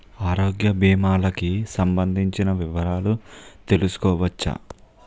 ఆరోగ్య భీమాలకి సంబందించిన వివరాలు తెలుసుకోవచ్చా?